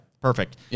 Perfect